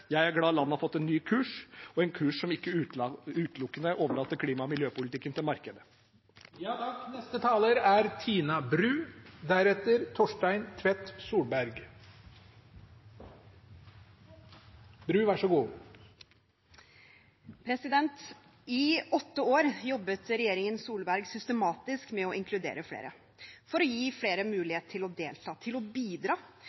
Jeg er glad landet har fått en ny kurs, og en kurs som ikke utelukkende overlater klima- og miljøpolitikken til markedet. I åtte år jobbet regjeringen Solberg systematisk med å inkludere flere – for å gi flere mulighet til å delta, til å bidra og til å